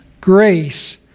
Grace